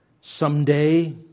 Someday